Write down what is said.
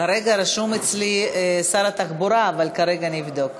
כרגע רשום אצלי שר התחבורה, אבל נבדוק.